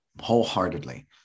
wholeheartedly